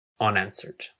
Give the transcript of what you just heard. unanswered